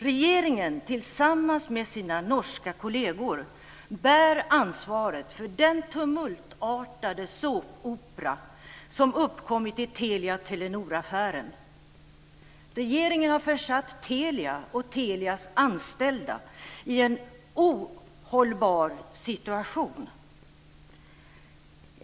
Regeringen tillsammans med sina norska kolleger bär ansvaret för den tumultartade såpopera som uppkommit i Telia-Telnoraffären. Regeringen har försatt Telia och Telias anställda i en ohållbar situation.